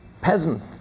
Peasant